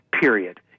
period